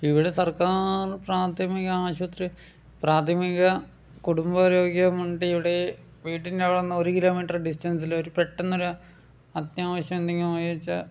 ഇവിടെ സർക്കാർ പ്രാഥമിക ആശുപത്രി പ്രാഥമിക കുടുംബാരോഗ്യമുണ്ടിവിടെ വീടിൻ്റെവിടുന്ന് ഒരു കിലോമീറ്ററ് ഡിസ്റ്റൻസില് ഒരു പെട്ടന്നൊരു അത്യാവശ്യം ഉണ്ടെങ്കിൽ പോയേച്ച്